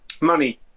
Money